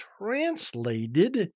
translated